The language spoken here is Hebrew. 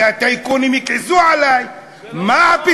כי הטייקונים יכעסו עלי, זה לא נכון, זה לא נכון.